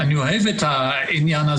קשה לי לשער אבל אני מניח שאנשים שלא ירצו את